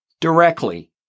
directly